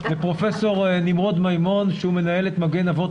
לפרופ' נמרוד מימון שהוא מנהל את מגן אבות